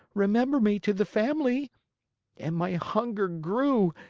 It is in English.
remember me to the family and my hunger grew,